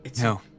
No